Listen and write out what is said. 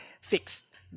fixed